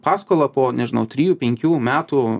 paskolą po nežinau trijų penkių metų